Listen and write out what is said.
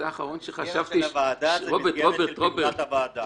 אתה האחרון שחשבתי --- המסגרת של הוועדה זה מסגרת של פעולת הוועדה.